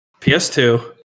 PS2